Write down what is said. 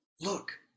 look